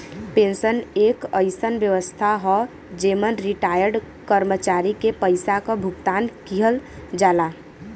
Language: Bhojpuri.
पेंशन एक अइसन व्यवस्था हौ जेमन रिटार्यड कर्मचारी के पइसा क भुगतान किहल जाला